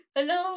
Hello